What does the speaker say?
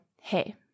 hey